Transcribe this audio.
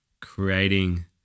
creating